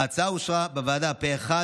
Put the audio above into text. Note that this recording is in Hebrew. ההצעה אושרה בוועדה פה אחד,